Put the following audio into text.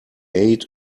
aid